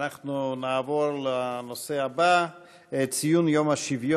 נעבור להצעות לסדר-היום מס' 6752,